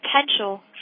potential